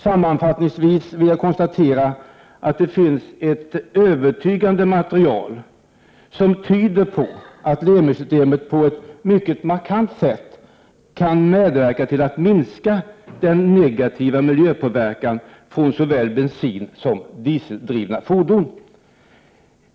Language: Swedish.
Sammanfattningsvis vill jag konstatera att det finns ett övertygande material som tyder på att Lemi-systemet på ett mycket markant sätt kan medverka till att minska den negativa miljöpåverkan från såväl bensinsom dieseldrivna fordon.